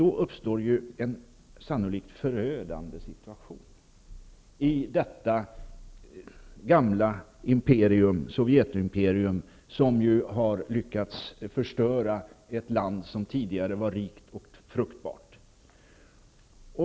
Då uppstår troligen en förödande situation i detta gamla Sovjetimperium, där man har lyckats förstöra ett land som tidigare var rikt och fruktbart.